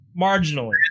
Marginally